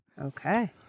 Okay